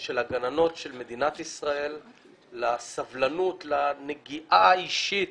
של הגננות של מדינת ישראל, לסבלנות, לנגיעה האישית